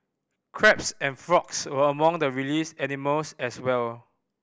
crabs and frogs were among the released animals as well